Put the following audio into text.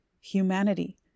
humanity